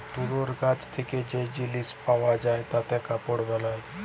তুলর গাছ থেক্যে যে জিলিস পাওয়া যায় তাতে কাপড় বালায়